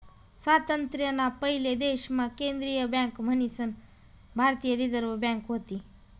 स्वातंत्र्य ना पयले देश मा केंद्रीय बँक मन्हीसन भारतीय रिझर्व बँक व्हती